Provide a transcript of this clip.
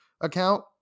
account